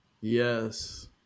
Yes